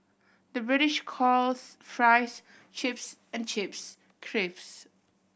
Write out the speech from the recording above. the British calls fries chips and chips crisps